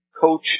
coach